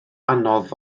anodd